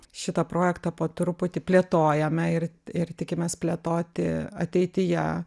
šitą projektą po truputį plėtojame ir ir tikimės plėtoti ateityje